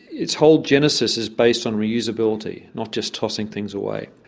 its whole genesis is based on reusability not just tossing things away.